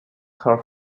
her